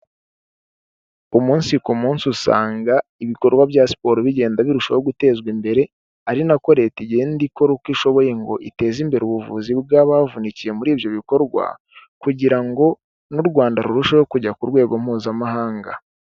Umunsi ku munsi usanga ibikorwa bya siporo bigenda birushaho gutezwa imbere, ari na ko Leta igenda ikora uko ishoboye ngo iteze imbere ubuvuzi bw'abavunikiye muri ibyo bikorwa kugira ngo n'u Rwanda rurusheho kujya ku rwego mpuzamahanga.